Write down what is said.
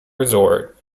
resort